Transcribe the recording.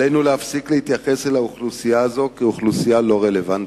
עלינו להפסיק להתייחס אל האוכלוסייה הזאת כאוכלוסייה לא רלוונטית,